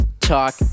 Talk